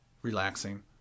Relaxing